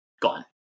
gone